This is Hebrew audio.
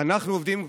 אנחנו עובדים,